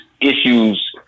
issues